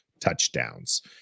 touchdowns